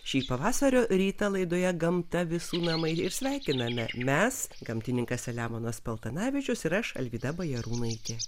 šį pavasario rytą laidoje gamta visų namai ir sveikiname mes gamtininkas selemonas paltanavičius ir aš alvyda bajarūnaitė